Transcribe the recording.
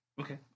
Okay